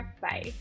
Bye